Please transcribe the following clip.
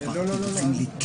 אנחנו מחדשים את